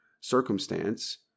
circumstance